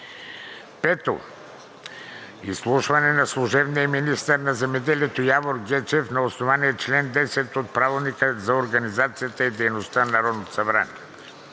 г. 5. Изслушване на служебния министър на земеделието Явор Гечев на основание чл. 110 от Правилника за организацията и дейността на Народното събрание